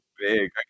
Big